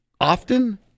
often